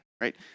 right